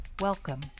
Welcome